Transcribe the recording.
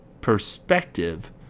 perspective